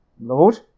Lord